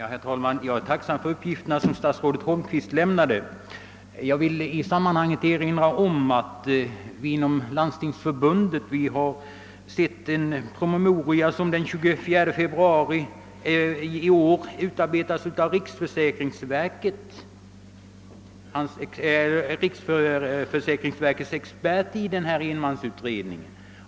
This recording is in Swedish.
Herr talman! Jag är tacksam för de uppgifter som statsrådet Holmqvist lämnade. I detta sammanhang vill jag också erinra om att jag tagit del av en promemoria av den 24 februari i år, vilken utarbetats av riksförsäkringsverkets expert i enmansutredningen.